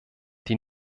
die